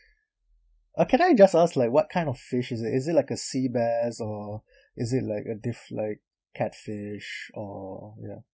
uh can I just ask like what kind of fishes is it like a sea bass or is it like a dif~ like catfish or ya